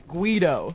Guido